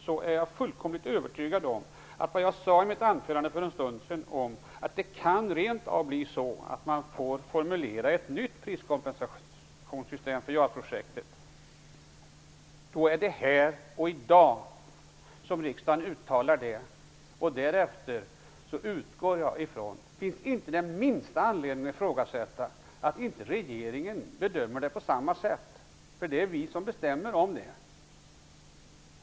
Som jag sade i mitt anförande nyss kan det rent av bli så att man får formulera ett nytt priskompensationssystem för JAS-projektet. Då är det här och i dag som riksdagen får uttala det. Det finns inte en minsta anledning att ifrågasätta att inte regeringen bedömer detta på samma sätt. Det är vi som bestämmer.